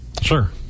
Sure